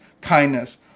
kindness